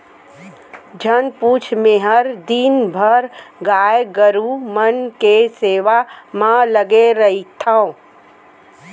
झन पूछ मैंहर दिन भर गाय गरू मन के सेवा म लगे रइथँव